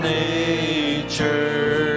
nature